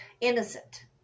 innocent